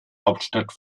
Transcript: hauptstadt